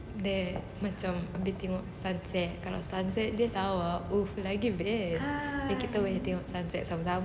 that macam abeh tengok sunset kalau sunset dia lawa !oof! lagi best then kita boleh tengok sunset sama-sama